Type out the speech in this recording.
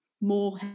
more